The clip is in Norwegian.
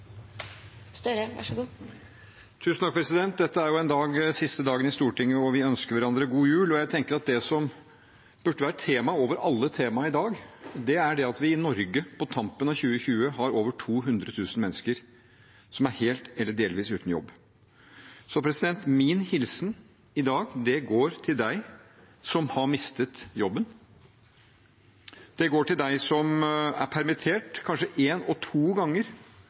jo den siste dagen i Stortinget, hvor vi ønsker hverandre god jul. Jeg tenker at det som burde ha vært temaet over alle temaer i dag, er det at vi i Norge på tampen av 2020 har over 200 000 mennesker som er helt eller delvis uten jobb. Min hilsen i dag går til deg som har mistet jobben. Den går til deg som er permittert, kanskje én og to ganger,